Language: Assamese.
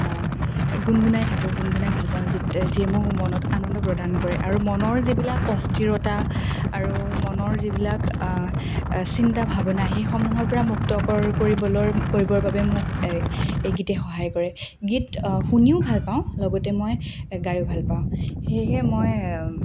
গুণগুণাই থাকোঁ গুণগুণাই ভালপাওঁ যে যিয়ে মোক মনত আনন্দ প্ৰদান কৰে আৰু মনৰ যিবিলাক অস্থিৰতা আৰু মনৰ যিবিলাক চিন্তা ভাৱনা সেইসমূহৰপৰা মুক্ত কৰিবলৈৰ কৰিবৰ বাবে মোক এই গীতে সহায় কৰে গীত শুনিও ভালপাওঁ লগতে মই গায়ো ভালপাওঁ সেয়েহে মই